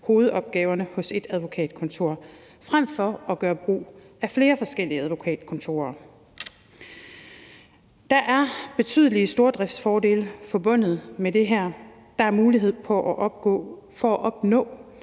hovedopgaverne hos ét advokatkontor frem for at gøre brug af flere forskellige advokatkontorer. Der er betydelige stordriftsfordele forbundet med det her. Der er mulighed for at opnå